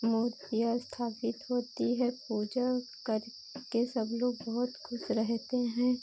मूर्तियाँ स्थापित होती है पूजा करके सब लोग बहुत ख़ुश रहते हैं